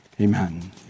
Amen